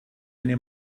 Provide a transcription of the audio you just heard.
eine